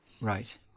Right